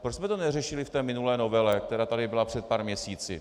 Proč jsme to neřešili v minulé novele, která tu byla před pár měsíci?